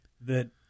that-